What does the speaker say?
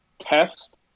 test